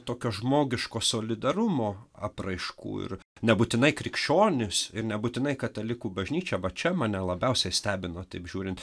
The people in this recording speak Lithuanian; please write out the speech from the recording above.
tokio žmogiško solidarumo apraiškų ir nebūtinai krikščionis ir nebūtinai katalikų bažnyčia va čia mane labiausiai stebino taip žiūrint